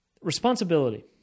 Responsibility